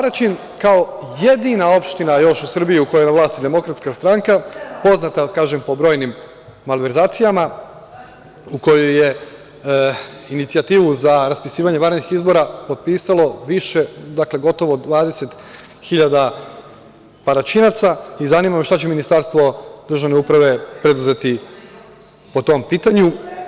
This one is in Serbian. Paraćin kao jedina opština u Srbiji u kojoj je na vlasti DS, poznata je kažem, po brojnim malverzacijama, u kojoj je inicijativu za raspisivanje vanrednih izbora potpisalo više od 20 hiljada Paraćinaca, i zanima me šta će Ministarstvo državne uprave preduzeti po tom pitanju?